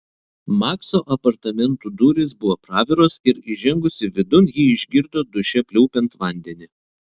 makso apartamentų durys buvo praviros ir įžengusi vidun ji išgirdo duše pliaupiant vandenį